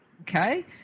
okay